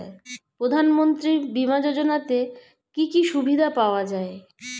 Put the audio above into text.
প্রধানমন্ত্রী বিমা যোজনাতে কি কি সুবিধা পাওয়া যায়?